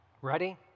Ready